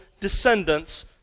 descendants